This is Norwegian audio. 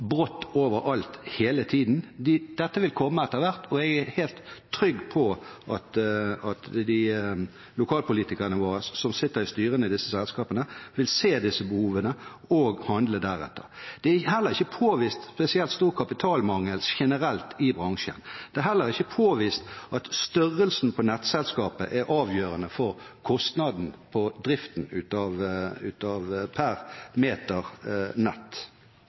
hele tiden. Dette vil komme etter hvert, og jeg er helt trygg på at lokalpolitikerne våre som sitter i styrene i disse selskapene, vil se disse behovene og handle deretter. Det er ikke påvist spesielt stor kapitalmangel generelt i bransjen. Det er heller ikke påvist at størrelsen på nettselskapet er avgjørende for kostnaden på driften